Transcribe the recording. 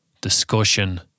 discussion